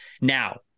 Now